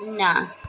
ନା